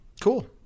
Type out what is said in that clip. Cool